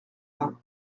vingt